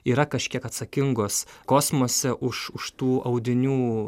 yra kažkiek atsakingos kosmose už už tų audinių